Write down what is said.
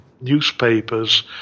newspapers